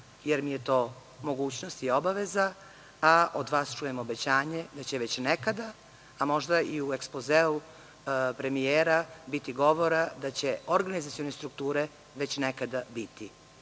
jer mi je to mogućnost i obaveza, a od vas čujem obećanje da će već nekada, a možda i u ekspozeu premijera biti govora da će organizacione strukture već nekada biti.